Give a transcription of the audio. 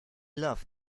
loved